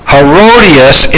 Herodias